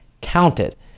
counted